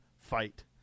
fight